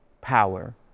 power